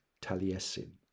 Taliesin